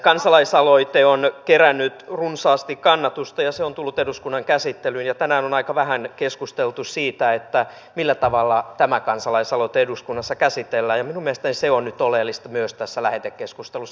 kansalaisaloite on kerännyt runsaasti kannatusta se on tullut eduskunnan käsittelyyn ja tänään on aika vähän keskusteltu siitä millä tavalla tämä kansalaisaloite eduskunnassa käsitellään ja minun mielestäni se on nyt oleellista myös tässä lähetekeskustelussa